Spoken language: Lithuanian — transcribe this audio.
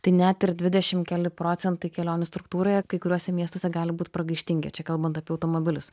tai net ir dvidešimt keli procentai kelionių struktūroje kai kuriuose miestuose gali būt pragaištingi čia kalbant apie automobilius